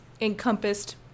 encompassed